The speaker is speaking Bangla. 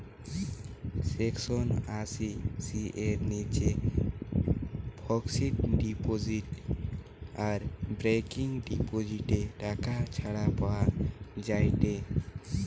সেকশন আশি সি এর নিচে ফিক্সড ডিপোজিট আর রেকারিং ডিপোজিটে টাকা ছাড় পাওয়া যায়েটে